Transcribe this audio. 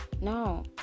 no